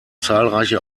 zahlreiche